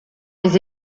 les